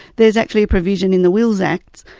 there's actually a provision in the wills act,